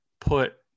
put